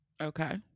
Okay